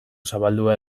zabaldua